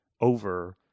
over